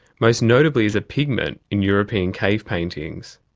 most notably as a pigment in european cave paintings.